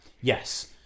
Yes